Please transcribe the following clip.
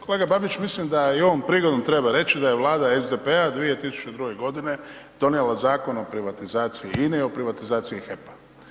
Kolega Babić, mislim da je i ovom prigodom treba reći da je Vlada SDP-a 2002.-ge godine donijela Zakon o privatizaciji INA-e i o privatizaciji HEP-a.